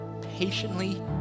patiently